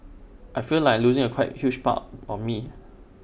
I feel like losing A quite huge part of me